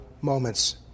moments